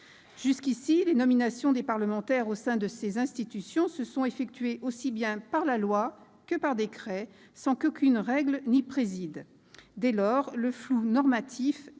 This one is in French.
Jusqu'ici, les nominations des parlementaires au sein de ces institutions étaient prévues aussi bien par la loi que par décret, sans qu'aucune règle n'y préside. Dès lors, le flou normatif qui